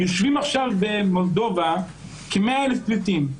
יושבים עכשיו במולדובה כ-100,000 פליטים.